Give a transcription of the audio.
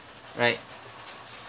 right